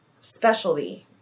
specialty